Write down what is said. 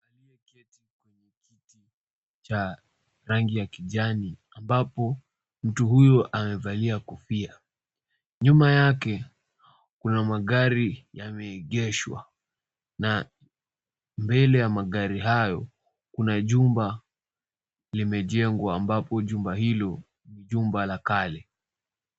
Rangi ya kijani ambapo mtu huyo amevalia kofia, nyuma yake kuna magari yameegeshwa na mbele ya magari hayo. Kuna jumba limejengwa ambapo jumba hilo ni jumba la kale.